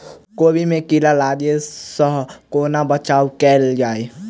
कोबी मे कीड़ा लागै सअ कोना बचाऊ कैल जाएँ?